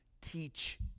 teach